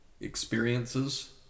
experiences